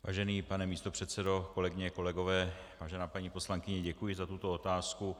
Vážený pane místopředsedo, kolegyně, kolegové, vážená paní poslankyně, děkuji za tuto otázku.